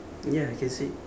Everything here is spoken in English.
ya you can see